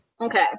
okay